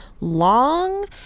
long